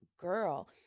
girl